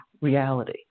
reality